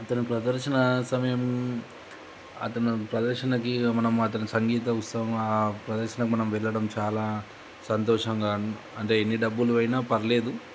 అతను ప్రదర్శన సమయం అతను ప్రదర్శనకి మనం అతను సంగీత ఉత్సవం ఆ ప్రదర్శనకి మనం వెళ్ళడం చాలా సంతోషంగా అంటే ఎన్ని డబ్బులు అయినా పర్లేదు